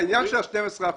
העניין של ה-12 אחוזים,